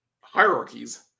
hierarchies